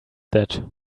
that